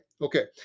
Okay